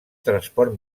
transport